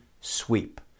sweep